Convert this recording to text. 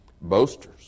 boasters